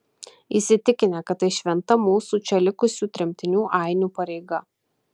įsitikinę kad tai šventa mūsų čia likusių tremtinių ainių pareiga